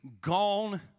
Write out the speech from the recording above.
gone